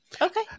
Okay